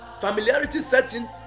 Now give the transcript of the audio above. familiarity-setting